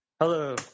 Hello